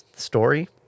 story